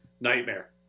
Nightmare